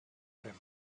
him